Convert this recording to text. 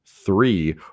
three